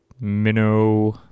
minnow